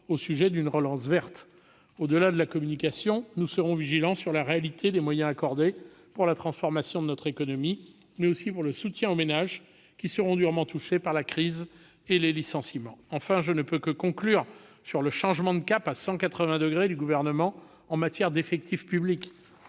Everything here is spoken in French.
au sujet d'une relance verte. Au-delà de la communication prévue, nous serons vigilants sur la réalité des moyens mobilisés pour la transformation de notre économie, mais aussi pour le soutien aux ménages, qui seront durement touchés par la crise et les licenciements. Enfin, je ne puis pas conclure sans souligner le changement de cap à 180 degrés du Gouvernement en matière d'effectifs publics.